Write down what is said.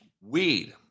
Weed